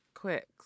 quick